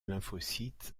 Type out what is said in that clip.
lymphocytes